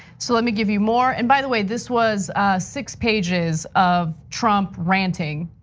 so let me give you more. and by the way, this was six pages of trump ranting,